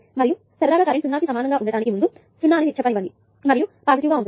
మరియు సరదాగా కరెంట్ 0 కు సమానంగా ఉండటానికి ముందు 0 అని చెప్పనివ్వండి మరియు ఇది పాజిటివ్ గా ఉంటుంది